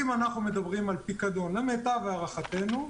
למיטב הערכתנו,